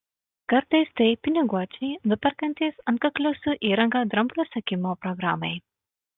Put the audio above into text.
kartais tai piniguočiai nuperkantys antkaklių su įranga dramblių sekimo programai